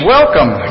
Welcome